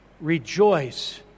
rejoice